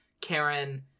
Karen